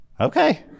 Okay